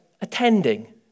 attending